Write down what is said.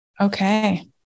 Okay